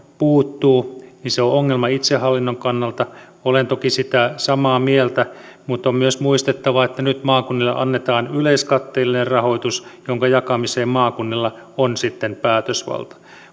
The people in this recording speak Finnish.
puuttuu niin se on ongelma itsehallinnon kannalta olen toki samaa mieltä mutta on myös muistettava että nyt maakunnille annetaan yleiskatteellinen rahoitus jonka jakamiseen maakunnilla on sitten päätösvalta